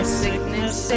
sickness